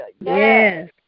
Yes